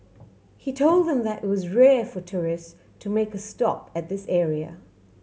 he told them that it was rare for tourist to make a stop at this area